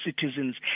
citizens